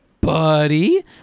buddy